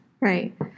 Right